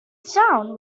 town